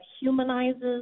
humanizes